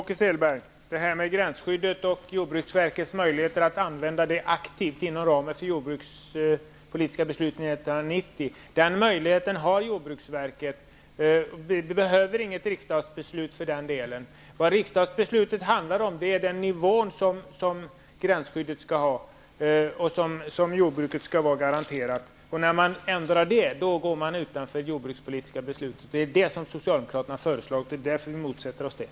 Herr talman! Jordbruksverket har möjlighet att använda gränsskyddet aktivt inom ramen för 1990 års jordbrukspolitiska beslut. Det behövs inget riksdagsbeslut för det. Riksdagsbeslutet handlar om den nivå som gränsskyddet skall ligga på, som skall garanteras jordbruket. När man ändrar på den, går man utanför det jordbrukspolitiska beslutet. Det är det socialdemokraterna har föreslagt. Det är därför vi motsätter oss det.